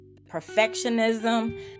perfectionism